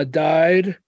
died